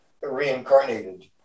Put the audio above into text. reincarnated